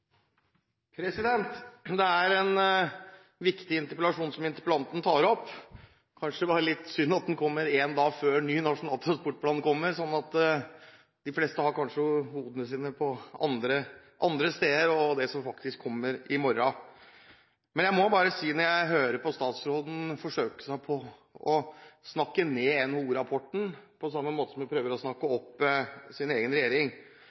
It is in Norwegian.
pengene. Det er en viktig interpellasjon som interpellanten tar opp. Kanskje var det litt synd at den kom én dag før ny Nasjonal transportplan blir lagt fram. De fleste har kanskje tankene sine andre steder og på det som faktisk kommer i morgen. Jeg må bare si at når jeg hører at statsråden forsøker seg på å snakke ned NHO-rapporten, på samme måte som hun prøver å snakke opp sin egen regjering